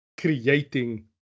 creating